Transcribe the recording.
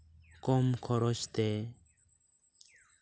ᱠᱚᱢ ᱠᱷᱚᱨᱚᱪᱛᱮ